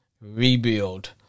rebuild